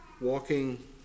walking